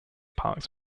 parks